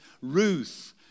Ruth